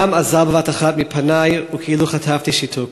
הדם אזל בבת אחת מפני וכאילו חטפתי שיתוק.